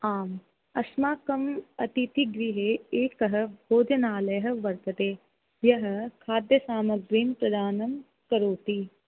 आम् अस्माकम् अतिथिगृहे एकः भोजनालयः वर्तते यः खाद्यसामग्रीं प्रदानं करोति